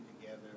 together